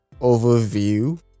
overview